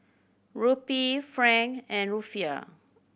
Rupee franc and Rufiyaa